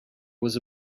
was